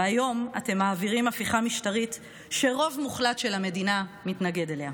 והיום אתם מעבירים הפיכה משטרית שרוב מוחלט של המדינה מתנגד לה.